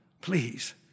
Please